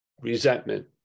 resentment